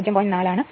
4 ആണ് എന്ന്